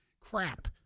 Crap